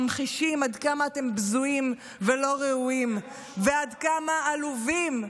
ממחישים עד כמה אתם בזויים ולא ראויים ועד כמה עלובים,